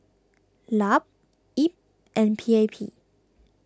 Lup Ip and P A P